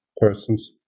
persons